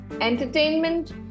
entertainment